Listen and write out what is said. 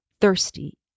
thirsty